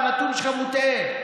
הנתון שלך מוטעה.